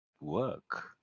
work